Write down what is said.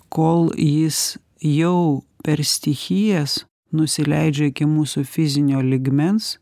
kol jis jau per stichijas nusileidžia iki mūsų fizinio lygmens